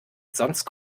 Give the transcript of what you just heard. sonst